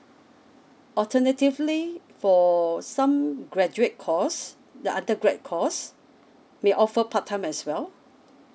alternatively for some graduate course the undergrad course we offer a part time as well